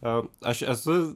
am aš esu